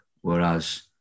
Whereas